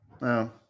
no